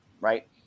Right